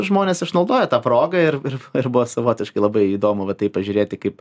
žmonės išnaudojo tą proga ir ir buvo savotiškai labai įdomu va taip pažiūrėti kaip